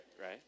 right